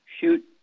shoot